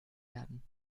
werden